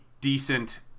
decent